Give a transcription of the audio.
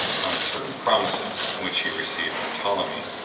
on certain promises which he received from ptolemy,